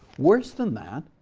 worse than that,